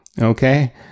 Okay